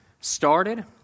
started